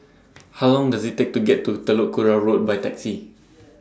How Long Does IT Take to get to Telok Kurau Road By Taxi